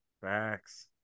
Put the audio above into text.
Facts